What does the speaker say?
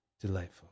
Delightful